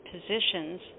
positions